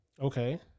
Okay